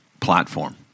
platform